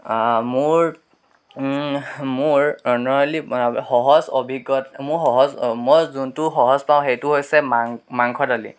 মোৰ মোৰ সহজ অভিজ্ঞ মোৰ সহজ মই যোনটো সহজ পাওঁ সেইটো হৈছে মাং মাংস দালি